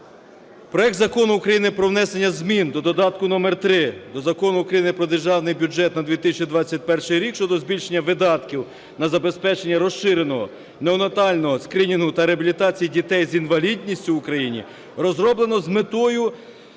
Проект Закону України про внесення змін до додатка № 3 до Закону України "Про Державний бюджет України на 2021 рік" щодо збільшення видатків на забезпечення розширеного неонатального скринінгу та реабілітацію дітей з інвалідністю в Україні розроблено з метою